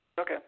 Okay